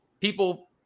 people